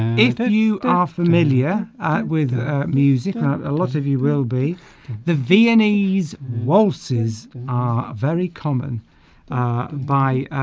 ether you are familiar with music that a lot of you will be the viennese waltzes are very common by